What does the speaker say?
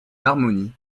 harmonie